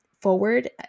forward –